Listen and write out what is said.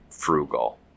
frugal